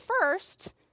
first